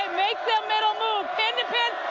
make that middle move,